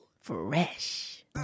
fresh